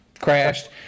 Crashed